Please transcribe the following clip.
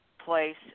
Place